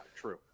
true